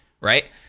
Right